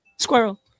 Squirrel